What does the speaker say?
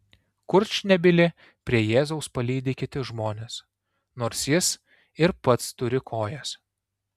kurčnebylį prie jėzaus palydi kiti žmonės nors jis ir pats turi kojas